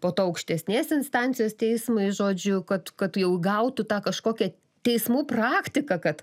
po to aukštesnės instancijos teismui žodžiu kad kad jau gautų tą kažkokią teismų praktiką kad